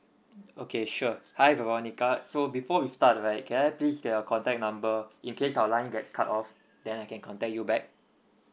okay sure hi veronica so before we start right can I please get your contact number in case our lines gets cut off then I can contact you back